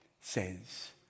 says